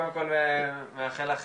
קודם כל מאחל לך